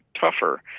tougher